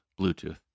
Bluetooth